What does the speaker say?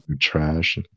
trash